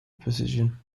position